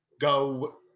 go